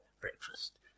breakfast